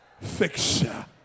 fixture